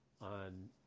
on